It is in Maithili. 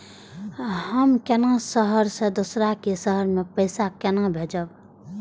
हम केना शहर से दोसर के शहर मैं पैसा केना भेजव?